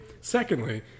Secondly